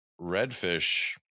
redfish